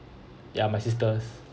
ya my sisters